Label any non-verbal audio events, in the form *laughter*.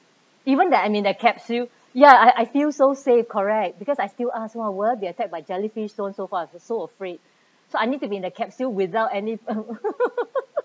even that I'm in that capsule ya I I feel so safe correct because I still ask will we be attacked by jellyfish so on so forth so afraid so I need to be in a capsule without any *laughs*